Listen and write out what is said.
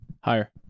higher